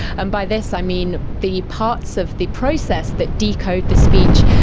and by this i mean the parts of the process that decode the speech,